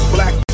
Black